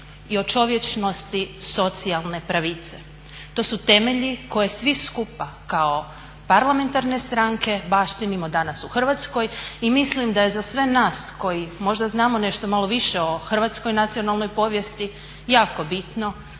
i o čovječnosti socijalne pravice. To su temelji koje svi skupa kao parlamentarne stranke baštinimo danas u Hrvatskoj i mislim da je za sve nas koji možda znamo nešto malo više o hrvatskoj nacionalnoj povijesti jako bitno